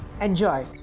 Enjoy